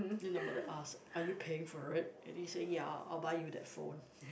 then the mother ask are you paying for it and he say ya I'll buy you that phone